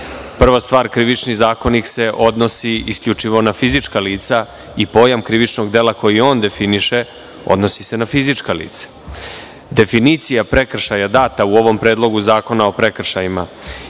stvar, Krivični zakonik se odnosi isključivo na fizička lica i pojam krivičnog dela koji on definiše se odnosi na fizička lica. Definicija prekršaja data u ovom Predlogu zakona o prekršajima